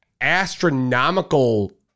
astronomical